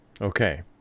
Okay